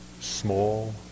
Small